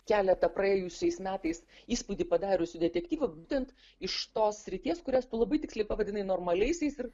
keletą praėjusiais metais įspūdį padariusių detektyvų būtent iš tos srities kurias tu labai tiksliai pavadinai normaliaisiais ir